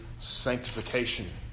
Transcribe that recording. sanctification